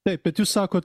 taip bet jūs sakot